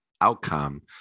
outcome